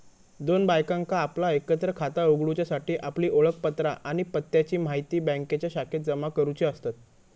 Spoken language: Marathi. दोन बायकांका आपला एकत्र खाता उघडूच्यासाठी आपली ओळखपत्रा आणि पत्त्याची म्हायती बँकेच्या शाखेत जमा करुची असतत